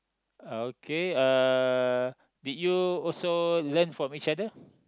uh okay uh did you also learn from each other